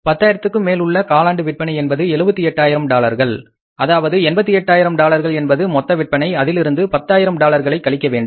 10 ஆயிரத்திற்கும் மேல் உள்ள காலாண்டு விற்பனை என்பது 78 ஆயிரம் டாலர்கள் அதாவது 88 ஆயிரம் டாலர்கள் என்பது மொத்தவிற்பனை அதிலிருந்து பத்தாயிரம் டாலர்களைக் அழிக்க வேண்டும்